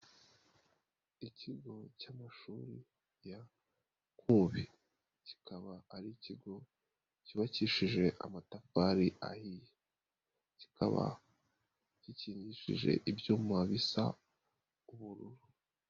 Ikigo cy'amashuri ya nkubi, kikaba ari ikigo cyubakishije amatafari ahiye, kikaba gikingishije ibyuma bisa ubururu.